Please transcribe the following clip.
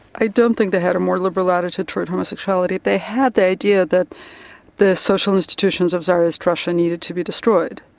i don't think they had a more liberal attitude toward homosexuality. they had the idea that the social institutions of tsarist russia needed to be destroyed,